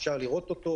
אפשר לראות אותו.